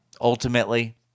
ultimately